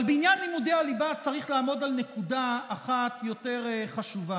אבל בעניין לימודי הליבה צריך לעמוד על נקודה אחת יותר חשובה.